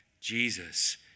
Jesus